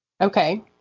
Okay